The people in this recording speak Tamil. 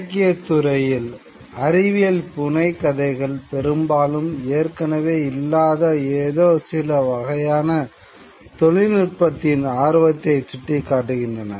இலக்கியத் துறையில் அறிவியல் புனைகதைகள் பெரும்பாலும் ஏற்கனவே இல்லாத ஏதோ சில வகையான தொழில்நுட்பத்தின் ஆர்வத்தை சுட்டிக்காட்டுகின்றன